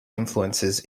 influences